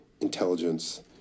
intelligence